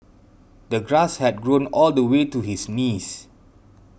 the grass had grown all the way to his knees